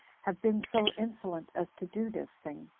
have been so insolent as to do this thing,